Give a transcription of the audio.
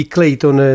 Clayton